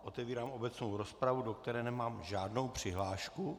Otevírám obecnou rozpravu, do které nemám žádnou přihlášku.